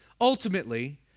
Ultimately